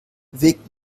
bewegt